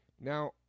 Now